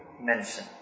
mention